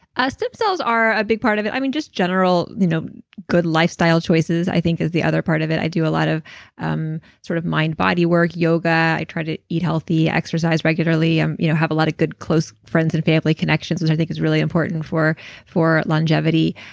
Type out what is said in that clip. ah stem cells are a big part of it. i mean just general you know good lifestyle choices i think is the other part of it. i do a lot of um sort of mind-body work, yoga. i try to eat healthy, exercise regularly, um you know have a lot of good close friends and family connections, which i think is really important for for longevity.